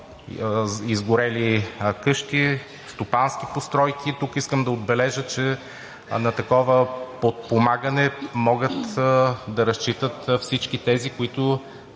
изгорели къщи, стопански постройки. Тук искам да отбележа, че на такова подпомагане могат да разчитат всички тези, които